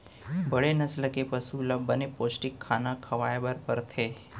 बड़े नसल के पसु ल बने पोस्टिक खाना खवाए बर परथे